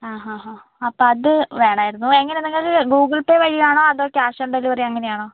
ആ ഹാ ഹാ അപ്പം അത് വേണമായിരുന്നു എങ്ങനെ നിങ്ങൾ ഗൂഗിൾ പേ വഴിയാണോ അതോ ക്യാഷ് ഓൺ ഡെലിവറി അങ്ങനെയാണോ